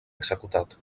executat